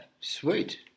Sweet